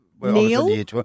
Neil